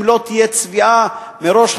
אם לא תהיה צביעה מראש,